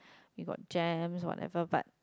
you got jams whatever but